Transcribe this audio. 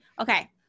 okay